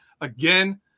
again